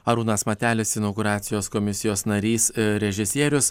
arūnas matelis inauguracijos komisijos narys režisierius